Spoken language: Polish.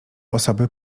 osoby